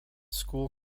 school